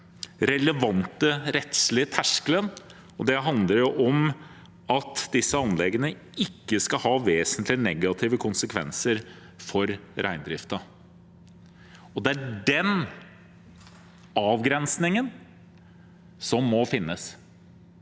relevante rettslige terskelen. Det handler om at disse anleggene ikke skal ha vesentlig negative konsekvenser for reindriften. Det er den avgrensningen som må finnes.